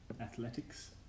Athletics